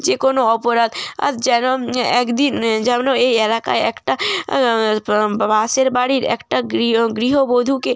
যে কোনো অপরাধ আর যেন একদিন যেন এই এলাকায় একটা পা পা পাশের বাড়ির একটা গৃহ গৃহবধূকে